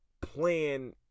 plan